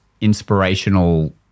inspirational